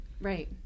Right